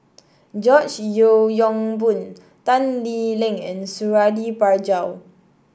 George Yeo Yong Boon Tan Lee Leng and Suradi Parjo